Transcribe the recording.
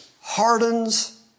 hardens